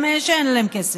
גם מאלה שאין להם כסף,